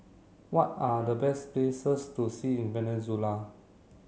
what are the best places to see in Venezuela